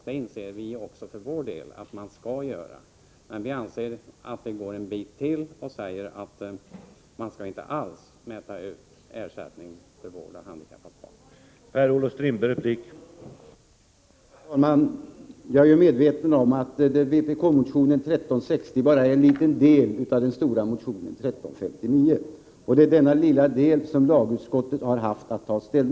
Det anser också vi att man skall göra, men vi anser att man skall gå en bit till och kräver därför att man inte alls skall mäta ut ersättning för vård av handikappat barn.